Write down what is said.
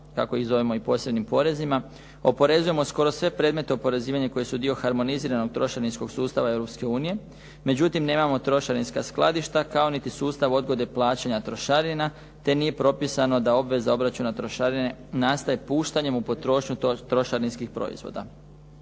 kako ih zovemo i posebnim porezima, oporezujemo skoro sve predmete oporezivanja koje su dio harmoniziranog trošarinskog sustava Europske unije, međutim nemamo trošarinska skladišta kao niti sustav odgode plaćanja trošarina, te nije propisano da obveza obračuna trošarine nastaje puštanjem u potrošnju trošarinskih proizvoda.